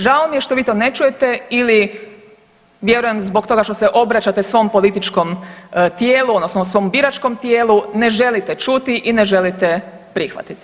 Žao mi je što vi to ne čujete ili vjerujem zbog toga što se obraćate svom političkom tijelu odnosno svom biračkom tijelu ne želite čuti i ne želite prihvatiti.